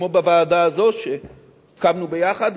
כמו הוועדה הזאת שהקמנו ביחד,